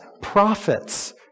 prophets